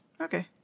Okay